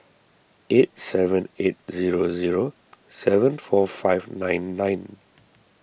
eight seven eight zero zero seven four five nine nine